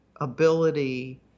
ability